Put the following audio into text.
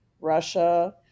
Russia